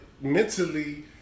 mentally